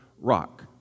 rock